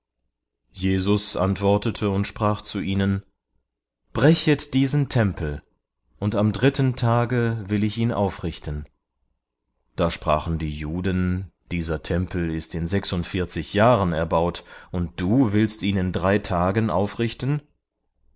jesus antwortete und sprach zu ihnen brechet diesen tempel und am dritten tage will ich ihn aufrichten da sprachen die juden dieser tempel ist in sechs jahren erbaut und du willst ihn in drei tagen aufrichten